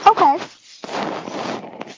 Okay